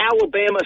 Alabama